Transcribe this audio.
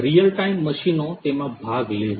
real time મશીનો તેમાં ભાગ લે છે